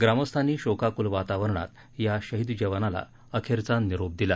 ग्रामस्थांनी शोकाकुल वातावरणात या शहीद जवानाला अखेरचा निरोप दिला